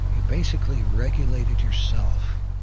you basically regulated yourself.